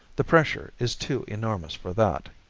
the pressure is too enormous for that.